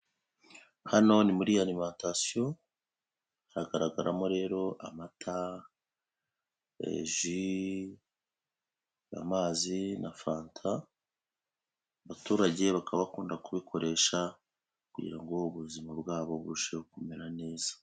Hano ni muri alimentation haragaragaramo rero amatara, ji, amazi na fanta, abaturage bakaba bakunda kubikoresha kugira ngo ubuzima bwabo burusheho kumera neza.